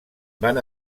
van